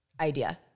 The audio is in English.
idea